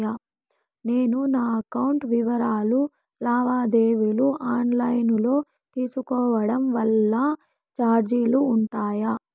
నేను నా అకౌంట్ వివరాలు లావాదేవీలు ఆన్ లైను లో తీసుకోవడం వల్ల చార్జీలు ఉంటాయా?